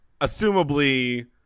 Assumably